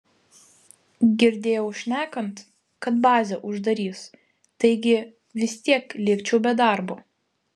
girdėjau šnekant kad bazę uždarys taigi vis tiek likčiau be darbo